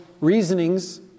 reasonings